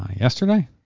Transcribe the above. Yesterday